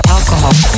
Alcohol